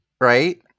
Right